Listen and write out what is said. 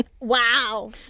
Wow